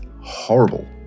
horrible